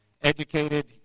educated